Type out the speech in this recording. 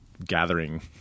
gathering